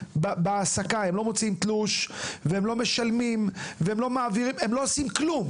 בהעסקה: הם לא מוציאים תלוש או משלמים; הם לא עושים כלום.